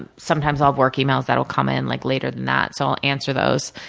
ah sometimes i'll have work emails that will come in like later than that, so i'll answer those.